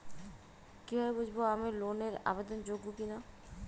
কীভাবে বুঝব আমি লোন এর আবেদন যোগ্য কিনা?